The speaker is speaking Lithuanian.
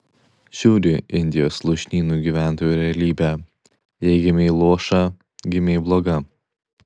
žiauri indijos lūšnynų gyventojų realybė jei gimei luoša gimei bloga